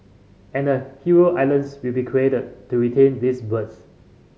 and a heron islands will be created to retain these birds